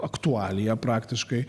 aktualija praktiškai